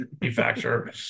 manufacturer